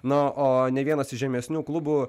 na o ne vienas iš žemesnių klubų